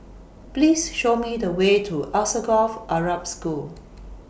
Please Show Me The Way to Alsagoff Arab School